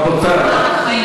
רבותי.